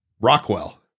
Rockwell